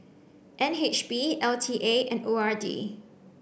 N H B L T A and O R D